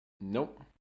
nope